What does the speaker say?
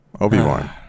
Obi-Wan